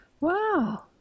Wow